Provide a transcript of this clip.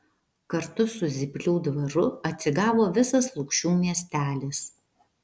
kartu su zyplių dvaru atsigavo visas lukšių miestelis